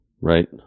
Right